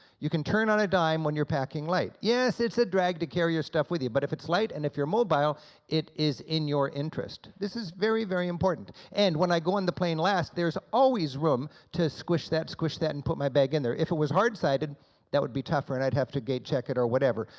you can turn on a dime when you're packing light. yes it's a drag to carry your stuff with you, but if it's light and if you're mobile it is in your interest. this is very very important. and when i go on the plane last there's always room to squish that, squish that, and put my bag in there. if it was hard sided that would be tougher and i'd have to gate check it or whatever,